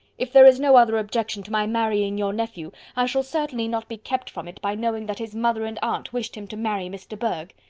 if there is no other objection to my marrying your nephew, i shall certainly not be kept from it by knowing that his mother and aunt wished him to marry miss de bourgh.